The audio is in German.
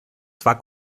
zwar